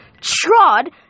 trod